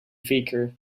faker